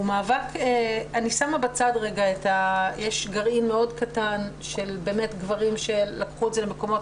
יש גרעין מאוד קטן של גברים שלקחו את זה למקומות